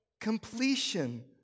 Completion